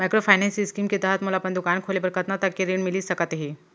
Microfinance scheme के तहत मोला अपन दुकान खोले बर कतना तक के ऋण मिलिस सकत हे?